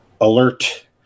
alert